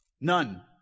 None